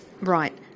Right